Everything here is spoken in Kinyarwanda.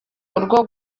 urwo